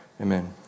Amen